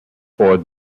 for